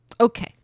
Okay